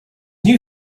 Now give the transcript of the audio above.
new